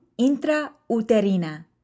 intrauterina